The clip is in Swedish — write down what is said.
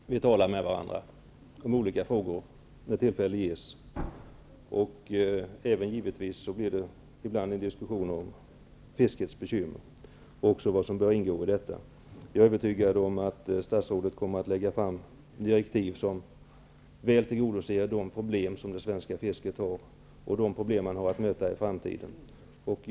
Fru talman! Ja, vi talar med varandra om olika frågor när tillfälle ges, och givetvis blir det även ibland en diskussion om fiskets bekymmer och vad som bör ingå i en utredning. Jag är övertygad om att statsrådet kommer att lägga fram direktiv där de problem som fisket har i dag och har att möta i framtiden tas upp.